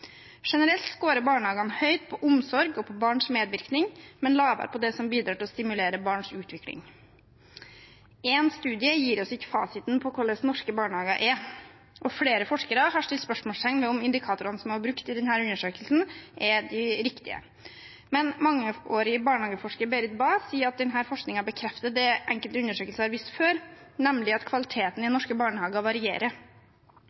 Generelt skårer barnehagene høyt på omsorg og barns medvirkning, men lavere på det som bidrar til å stimulere barns utvikling. Én studie gir oss ikke fasiten på hvordan norske barnehager er, og flere forskere har stilt spørsmål ved om indikatorene som er brukt i denne undersøkelsen, er de riktige. Men mangeårig barnehageforsker Berit Bae sier at denne forskningen bekrefter det enkelte undersøkelser har vist før, nemlig at kvaliteten i